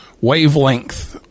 wavelength